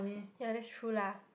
ya that's true lah